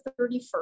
31st